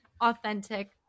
authentic